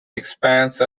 expanse